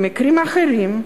במקרים אחרים,